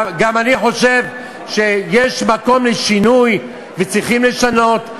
גם אני חושב שיש מקום לשינוי וצריכים לשנות,